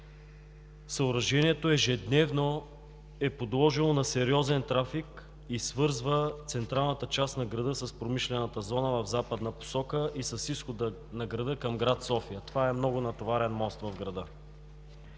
Съоръжението ежедневно е подложено на сериозен трафик – свързва централната част на града с промишлената зона в западна посока и с изхода на града към град София. Това е много натоварен мост.